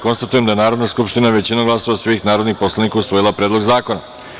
Konstatujem da je Narodna skupština većinom glasova svih narodnih poslanika usvojila Predlog zakona.